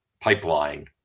pipeline